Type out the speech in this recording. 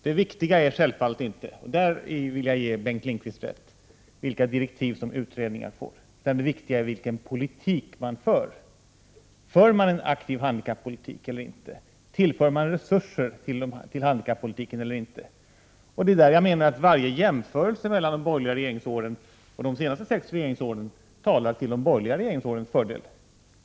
Det viktiga är självfallet inte — och i detta avseende vill jag ge Bengt Lindqvist rätt — vilka direktiv som utredningen får, utan det viktiga är vilken politik som förs. För man en aktiv handikappolitik eller inte? Tillför man resurser till handikappolitiken eller inte? Det är i detta sammanhang som jag menar att varje jämförelse mellan de borgerliga regeringsåren och de senaste sex regeringsåren talar till de borgerliga regeringsårens fördel.